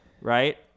Right